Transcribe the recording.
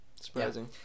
surprising